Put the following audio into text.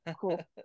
cool